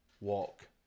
walk